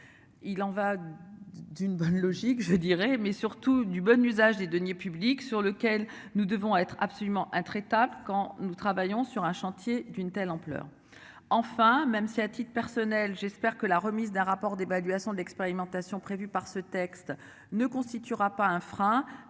Il en va. D'une bonne logique je dirais mais surtout du bon usage des deniers publics, sur lequel nous devons être absolument intraitable quand nous travaillons sur un chantier d'une telle ampleur. Enfin, même si à titre personnel j'ai. C'est-à-dire que la remise d'un rapport d'évaluation de l'expérimentation prévue par ce texte ne constituera pas un frein.